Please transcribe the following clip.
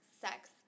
sex